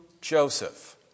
Joseph